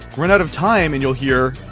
run out of time, and you'll hear